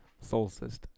Solstice